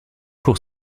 pour